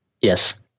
Yes